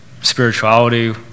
spirituality